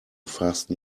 fasten